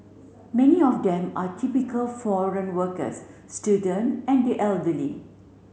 many of them are typical foreign workers student and the elderly